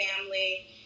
family